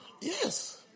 Yes